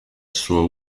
suo